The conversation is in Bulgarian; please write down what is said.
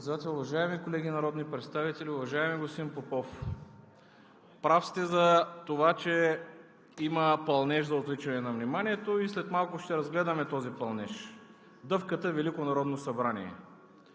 Уважаеми колеги народни представители! Уважаеми господин Попов, прав сте за това, че има пълнеж за отвличане на вниманието и след малко ще разгледаме този пълнеж – дъвката Велико народно събрание.